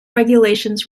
regulations